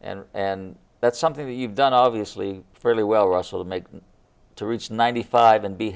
and and that's something that you've done obviously fairly well russell to make to reach ninety five and be